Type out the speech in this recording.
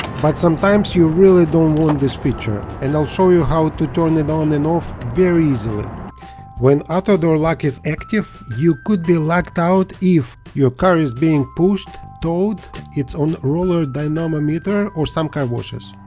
but sometimes you really don't want this feature and i'll show you how to turn it on and off very easily when auto door lock is active, you could be locked out if your car is being pushed towed it's on roller dynamometer or some car washes,